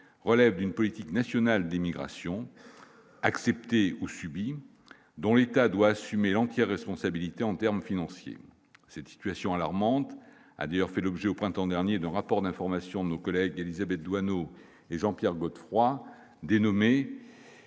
relève d'une politique nationale d'immigration acceptée ou subie, dont l'État doit assumer l'entière responsabilité en termes financiers, cette situation alarmante, a d'ailleurs fait l'objet au printemps dernier d'un rapport d'information de nos collègues, Élisabeth Doineau et Jean-Pierre Godefroy dénommé